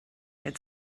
had